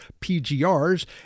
PGRs